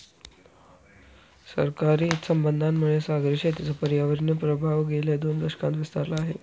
सरकारी हितसंबंधांमुळे सागरी शेतीचा पर्यावरणीय प्रभाव गेल्या दोन दशकांत विस्तारला आहे